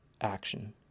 action